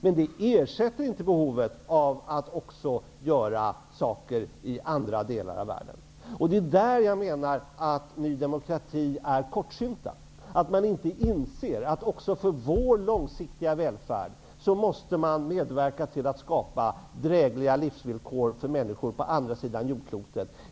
Men det ersätter inte behovet av att göra saker i andra delar av världen. Ni i Ny demokrati är kortsynta. Ni inser inte att också för vår långsiktiga välfärd måste vi medverka till att skapa drägliga livsvillkor för människor på andra sidan jordklotet.